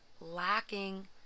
lacking